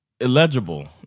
Illegible